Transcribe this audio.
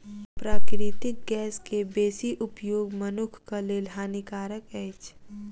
प्राकृतिक गैस के बेसी उपयोग मनुखक लेल हानिकारक अछि